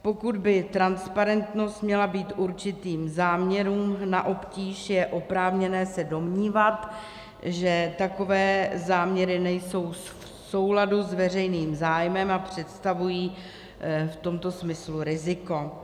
Pokud by transparentnost měla být určitým záměrům na obtíž, je oprávněné se domnívat, že takové záměry nejsou v souladu s veřejným zájmem a představují v tomto smyslu riziko.